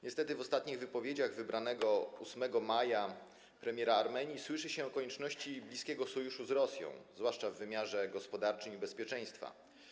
Niestety w ostatnich wypowiedziach wybranego 8 maja premiera Armenii słyszy się o konieczności bliskiego sojuszu z Rosją, zwłaszcza w wymiarze gospodarczym i bezpieczeństwa.